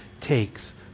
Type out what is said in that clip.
takes